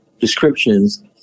descriptions